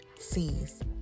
sees